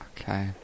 Okay